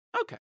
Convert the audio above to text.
okay